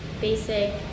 basic